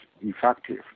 effective